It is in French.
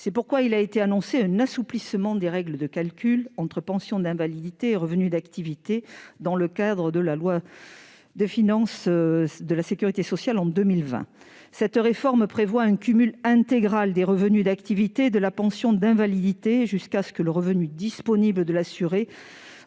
C'est pourquoi nous avons annoncé un assouplissement des règles de calcul entre pensions d'invalidité et revenus d'activité dans le cadre de la loi de financement de la sécurité sociale pour 2020. Cette réforme prévoit un cumul intégral des revenus d'activité et de la pension d'invalidité jusqu'à ce que le revenu disponible de l'assuré